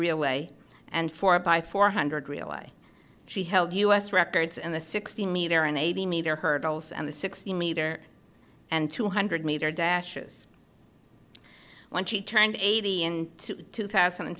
way and four by four hundred relay she held u s records and the sixty meter and eighty meter hurdles and the sixty meter and two hundred meter dash is when she turned eighty and two thousand and